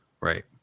Right